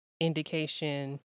indication